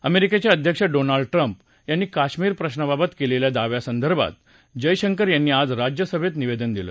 अमेरिकेचे अध्यक्ष Donald Trump यांनी कश्मिर प्रश्नाबाबत केलेल्या दाव्यासंदर्भात जयशंकर यांनी आज राज्यसभेत निवेदन केलं